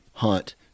hunt